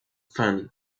funny